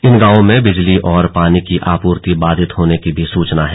इन गांवों में बिजली और पानी की आपूर्ति बाधित होने की भी सूचना है